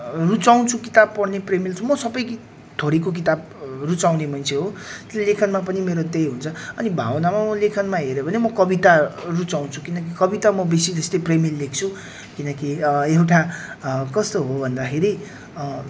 रुचाउँछु किताब पढ्ने प्रेमिल छु म सबै थरीको किताब रुचाउने मन्छे हो त्यो लेखनमा पनि मेरो त्यही हुन्छ अनि भावनामा म लेखनमा हेऱ्यो भने म कविता रुचाउँछु किनकि कविता म बेसी जस्तै प्रेमिल लेख्छु किनकि एउटा कस्तो हो भन्दाखेरि